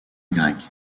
grecs